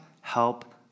help